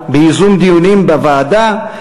בייזום דיונים בוועדה,